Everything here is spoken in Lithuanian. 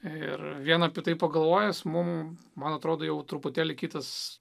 ir vien apie tai pagalvojęs mum man atrodo jau truputėlį kitas